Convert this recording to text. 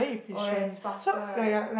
oh ya it's faster right